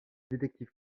détective